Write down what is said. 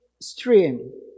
stream